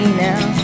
now